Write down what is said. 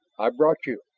i brought you.